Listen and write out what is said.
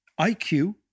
IQ